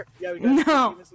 No